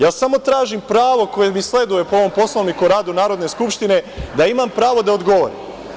Ja samo tražim pravo koje mi sleduje po ovom Poslovniku o radu Narodne skupštine, da imam pravo da odgovorim.